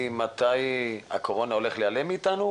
היות שהנושא הזה קצת רגיש ויש פה הרבה אנשים שביקשו להשתתף בישיבה,